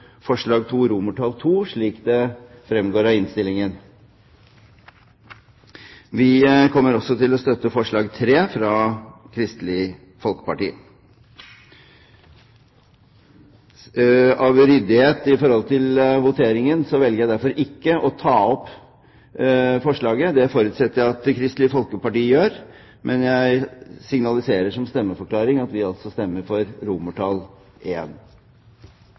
forslag nr. 2 II, slik det fremgår av innstillingen. Vi kommer også til å støtte forslag nr. 3, fra Kristelig Folkeparti. Av ryddighet med tanke på voteringen velger jeg derfor ikke å ta opp forslag nr. 2. Det forutsetter jeg at Kristelig Folkeparti gjør. Men jeg signaliserer som stemmeforklaring at vi altså kommer til å stemme for